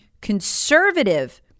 conservative